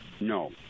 No